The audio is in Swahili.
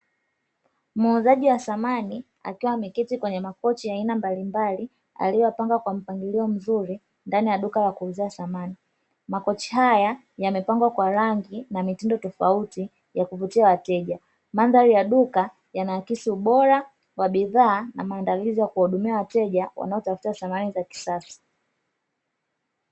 Muuzajiwa thamani akiwa ameketi kwenye makochi ya aina mbalimbali, yaliyopangwa kwa mpangilio mzuri ndani ya duka la samani, makochi haya yamepangwa kwa rangi na mtindo tofauti kuvutia wateja madhari ya duka yanaakisi ubora pamoja na madhari yanayovutia wateja.